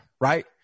right